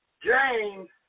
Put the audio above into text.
James